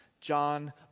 John